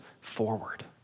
forward